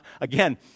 again